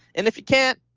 and if you can't,